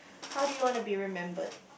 how do you want to be remembered